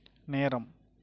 நேரம்